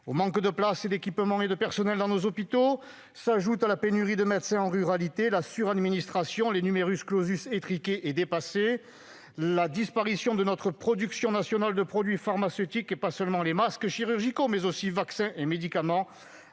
Au manque de places, d'équipements et de personnels dans nos hôpitaux s'ajoutent la pénurie de médecins en ruralité, la suradministration, les étriqués et dépassés, la disparition de notre production nationale de produits pharmaceutiques- qu'il s'agisse des masques chirurgicaux, mais aussi des vaccins et des médicaments